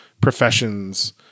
professions